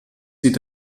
sieht